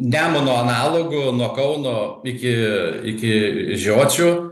nemuno analogų nuo kauno iki iki žiočių